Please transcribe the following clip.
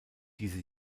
diese